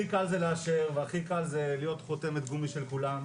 הכי קל זה לאשר והכי קל זה להיות חותמת גומי של כולם,